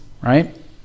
right